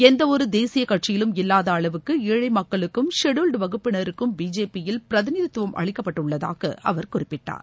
எந்த ஒரு தேசிய கட்சியிலும் இல்லாத அளவுக்கு ஏழழ மக்களுக்கும் ஷெட்யூல்ட் வகுப்பினருக்கும் பிஜேபி யில் பிரதிநிதித்துவம் அளிக்கப்பட்டுள்ளதாக அவர் குறிப்பிட்டார்